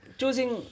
choosing